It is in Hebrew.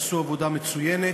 שעשו עבודה מצוינת.